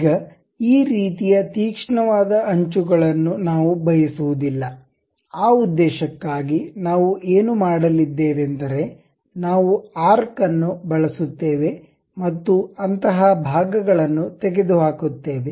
ಈಗ ಈ ರೀತಿಯ ತೀಕ್ಷ್ಣವಾದ ಅಂಚುಗಳನ್ನು ನಾವು ಬಯಸುವುದಿಲ್ಲ ಆ ಉದ್ದೇಶಕ್ಕಾಗಿ ನಾವು ಏನು ಮಾಡಲಿದ್ದೇವೆಂದರೆ ನಾವು ಆರ್ಕ್ ಅನ್ನು ಬಳಸುತ್ತೇವೆ ಮತ್ತು ಅಂತಹ ಭಾಗಗಳನ್ನು ತೆಗೆದುಹಾಕುತ್ತೇವೆ